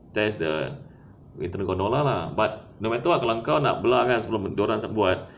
that's the way to do lah but no matter what kalau kau nak belah kan sebelum dia orang buat